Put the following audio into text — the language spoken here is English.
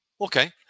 Okay